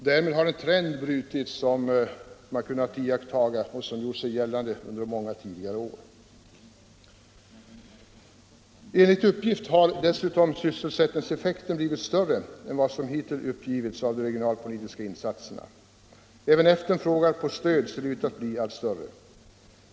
Därmed har en trend brutits som gjort sig gällande under många tidigare år. Enligt uppgift har dessutom sysselsättningseffekten blivit större än vad som hittills uppgivits av de regionalpolitiska insatserna. Även efterfrågan på stöd ser ut att bli allt större.